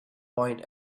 point